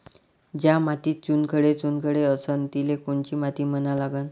ज्या मातीत चुनखडे चुनखडे असन तिले कोनची माती म्हना लागन?